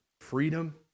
freedom